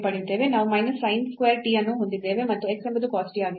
ನಾವು minus sin square t ಅನ್ನು ಹೊಂದಿದ್ದೇವೆ ಮತ್ತು x ಎಂಬುದು cos t ಆಗಿತ್ತು